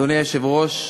אדוני היושב-ראש,